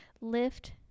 Lift